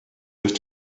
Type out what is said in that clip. sich